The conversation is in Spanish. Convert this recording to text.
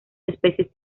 especies